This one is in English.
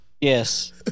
Yes